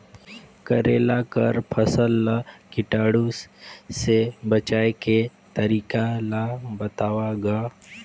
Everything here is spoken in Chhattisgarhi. करेला कर फसल ल कीटाणु से बचाय के तरीका ला बताव ग?